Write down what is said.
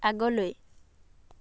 আগলৈ